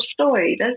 story